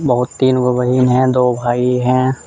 बहुत तीनगो बहीन है दो भाइ है